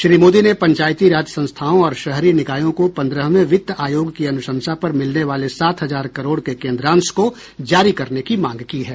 श्री मोदी ने पंचायती राज संस्थाओं और शहरी निकायों को पंद्रहवें वित्त आयोग की अनुशंसा पर मिलने वाले सात हजार करोड़ के केन्द्रांश को जारी करने की मांग की है